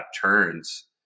turns